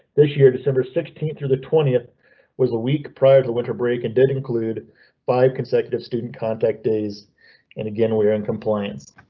this year, december sixteenth through the twentieth was a week prior to winter break and did include five consecutive student contact days and again we are in compliance.